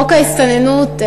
חוק ההסתננות,